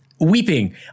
weeping